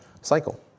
cycle